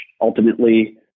ultimately